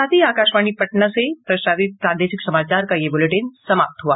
इसके साथ ही आकाशवाणी पटना से प्रसारित प्रादेशिक समाचार का ये अंक समाप्त हुआ